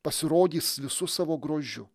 pasirodys visu savo grožiu